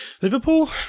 Liverpool